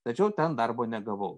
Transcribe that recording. tačiau ten darbo negavau